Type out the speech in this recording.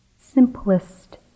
simplest